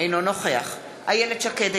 אינו נוכח איילת שקד,